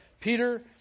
Peter